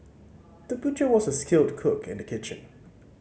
the butcher was a skilled cook in the kitchen